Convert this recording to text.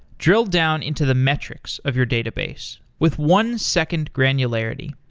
drill down into the metrics of your database with one second granularity.